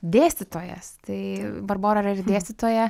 dėstytojas tai barbora yra ir dėstytoja